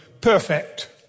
perfect